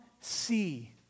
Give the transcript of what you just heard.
see